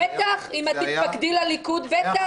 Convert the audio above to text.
אה, זה היה --- אם תתפקדי לליכוד, בטח.